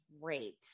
great